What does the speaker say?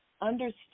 understand